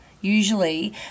usually